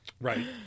Right